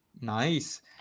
Nice